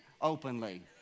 openly